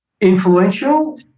Influential